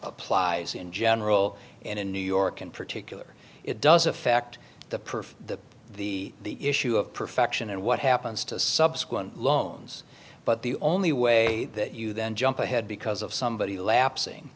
applies in general and in new york in particular it does affect the perf the the issue of perfection and what happens to subsequent loans but the only way that you then jump ahead because of somebody la